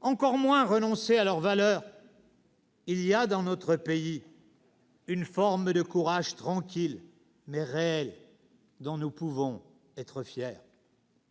encore moins renoncer à leurs valeurs. Il y a dans notre pays une forme de courage tranquille mais réel dont nous pouvons être fiers.